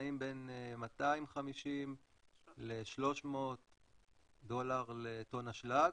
נעים בין 250 ל-300 דולר לטון אשלג.